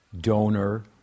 donor